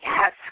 yes